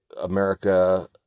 America